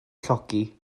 llogi